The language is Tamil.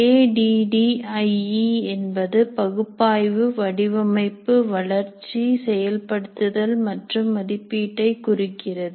A D D I E என்பது பகுப்பாய்வு வடிவமைப்பு வளர்ச்சி செயல்படுத்துதல் மற்றும் மதிப்பீட்டை குறிக்கிறது